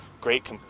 great